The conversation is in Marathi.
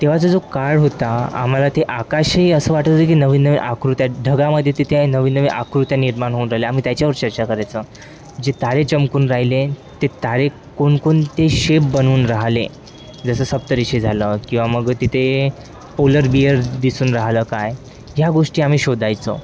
तेव्हाचा जो काळ होता आम्हाला ते आकाशही असं वाटत होतं की नवीन नवीन आकृत्या ढगामध्ये तिथे नवीन नवीन आकृत्या निर्माण होऊन राहिल्या आम्ही त्याच्यावर चर्चा करायचं जे तारे चमकून राहिले ते तारे कोणकोणते शेप बनवून राहिले जसं सप्तरिशे झालं किंवा मग तिथे पोलर बियर दिसून राहिलं काय ह्या गोष्टी आम्ही शोधायचो